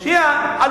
לביטחון.